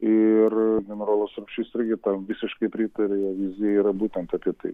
ir generolas rupšys irgi tam visiškai pritaria jo vizija yra būtent apie tai